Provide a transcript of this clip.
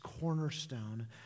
cornerstone